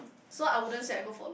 so I wouldn't say I go for looks